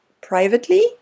privately